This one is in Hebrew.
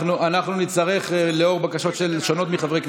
אנחנו עוברים לסעיף 13. גם שם יש הסתייגות.